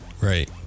Right